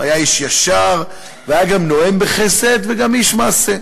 היה איש ישר והיה גם נואם בחסד וגם איש מעשה.